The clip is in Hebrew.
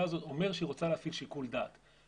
הזה אומר שהיא רוצה להפעיל שיקול דעת.